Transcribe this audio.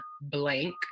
blank